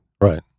Right